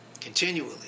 Continually